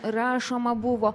rašoma buvo